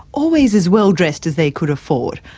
always as well dressed as they could afford.